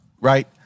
right